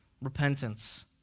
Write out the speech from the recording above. repentance